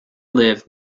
lived